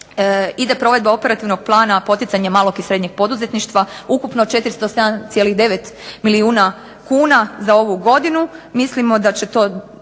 ide provedba operativnog plana poticanje malog i srednjeg poduzetništva, ukupno 407,9 milijuna kuna za ovu godinu, mislimo da će to